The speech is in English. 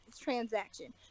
transaction